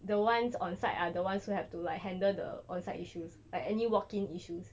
the ones on site are the ones you have to like handle the onsite issues like any walk in issues